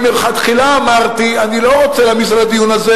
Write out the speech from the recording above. אני מלכתחילה אמרתי: אני לא רוצה להעמיס על הדיון הזה